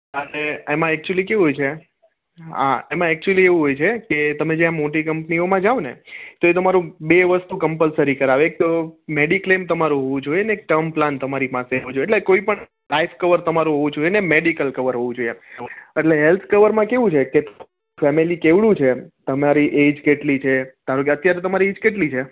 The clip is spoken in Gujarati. હા એટલે એમાં એક્ચુલી કેવું હોય છે આ એમાં એક્ચુલી એવું હોય છે કે તમે જ્યાં મોટી કમ્પનીઓમાં જાઓ ને તો એ તમારું બે વરસનું કમ્પલસરી કરાવે એક તો મેડીક્લેમ તમારું હોવું જોઈએ ને એક ટર્મ પ્લાન તમારી પાસે હોવું જોઇએ એટલે કોઈપણ લાઇફ કવર તમારું હોવું જોઈએ ને મેડિકલ કવર હોવું જોઈએ એટલે હેલ્થ કવરમાં કેવું છે કે ફેમિલી કેવડું છે તમારી એજ કેટલી છે ધારો કે અત્યારે તમારી એજ કેટલી છે